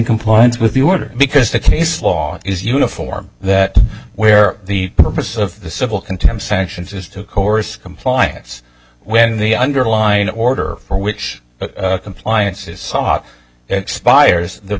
compliance with the order because the case law is uniform that where the purpose of the civil contempt sanctions is to coerce compliance when the underlying order for which compliance is sought expires the